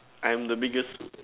I'm the biggest